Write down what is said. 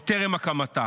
עוד טרם הקמתה.